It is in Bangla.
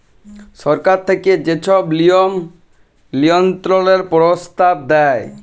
সরকার থ্যাইকে যে ছব লিয়ম লিয়ল্ত্রলের পরস্তাব দেয়